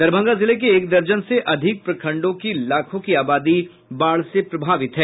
दरभंगा जिले के एक दर्जन से अधिक प्रखंड़ों की लाखों की आबादी बाढ़ से प्रभावित है